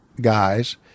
guys